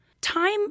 time